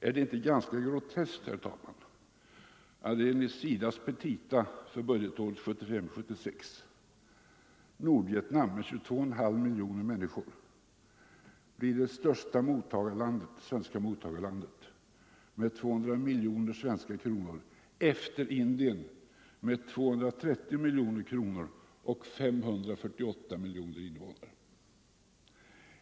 Är det inte ganska groteskt, herr talman, att enligt SIDA:s petita för budgetåret 1975/76 Nordvietnam med 22,5 miljoner människor blir det näst största svenska mottagarlandet med 210 miljoner svenska kronor, näst efter Indien med 230 miljoner kronor till 548 miljoner invånare!